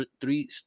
three